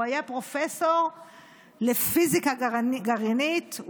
הוא היה פרופסור לפיזיקה גרעינית,